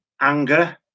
anger